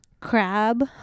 Crab